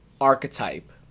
archetype